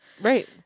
Right